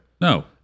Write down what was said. No